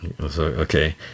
Okay